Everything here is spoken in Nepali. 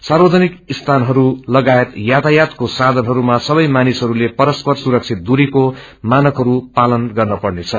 सार्वजनिकस्यलहरू लगायत यातायातकोसायनहरूमासबैमानिसहस्लेपरस्परसुरकितद्रीकोमानकहरू पालनगर्नपर्नेछ